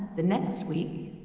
the next week,